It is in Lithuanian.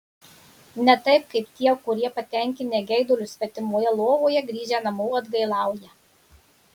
ne taip kaip tie kurie patenkinę geidulius svetimoje lovoje grįžę namo atgailauja